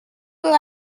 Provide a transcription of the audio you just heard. will